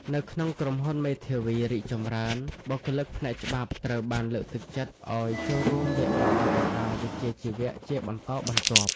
នៅក្នុងក្រុមហ៊ុនមេធាវីរីកចម្រើន បុគ្គលិកផ្នែកច្បាប់ត្រូវបានលើកទឹកចិត្តឱ្យចូលរួមវគ្គបណ្តុះបណ្តាលវិជ្ជាជីវៈជាបន្តបន្ទាប់។